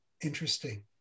interesting